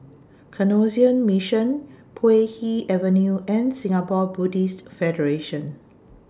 Canossian Mission Puay Hee Avenue and Singapore Buddhist Federation